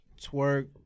Twerk